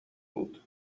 بود